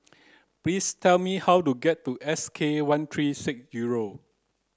please tell me how to get to S K one three six zero